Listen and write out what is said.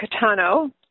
Catano